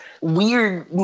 weird